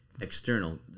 external